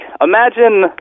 imagine